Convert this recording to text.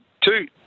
Two